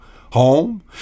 Home